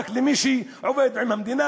מהתנאי הזה: רק למי שעובד עם המדינה,